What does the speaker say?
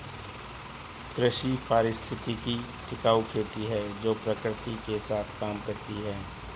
कृषि पारिस्थितिकी टिकाऊ खेती है जो प्रकृति के साथ काम करती है